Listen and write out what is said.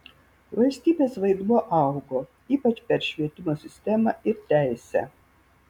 valstybės vaidmuo augo ypač per švietimo sistemą ir teisę